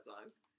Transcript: songs